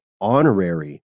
honorary